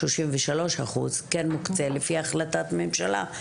כן מוקצה, לפי החלטת ממשלה.